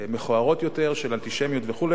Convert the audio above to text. מכוערות יותר, של אנטישמיות וכו'.